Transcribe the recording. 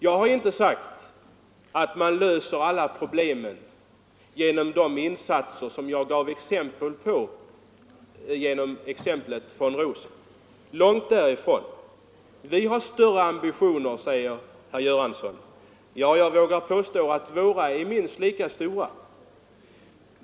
Jag har inte sagt att man löser alla problem med sådana insatser som jag exemplifierade genom att nämna von Rosen — långt därifrån. Vi har större ambitioner, säger herr Göransson. Jag vågar påstå att våra är minst lika stora.